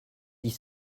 dix